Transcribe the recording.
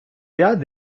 ряд